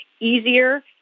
easier